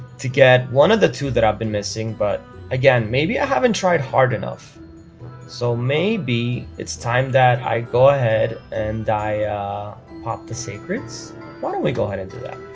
to get one of the two that i've been missing but again maybe i haven't tried hard enough so maybe it's time that i go ahead and i ah pop the sacreds why don't we go ahead and do that